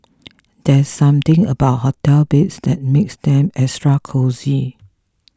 there's something about hotel beds that makes them extra cosy